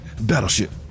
Battleship